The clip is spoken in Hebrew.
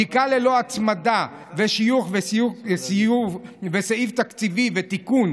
בדיקה ללא הצמדה ושיוך סעיף תקציבי לתיקון